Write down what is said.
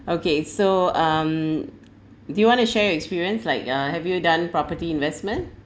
okay so um do you want to share your experience like uh have you done property investment